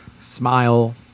Smile